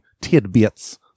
tidbits